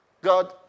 God